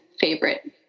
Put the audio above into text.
favorite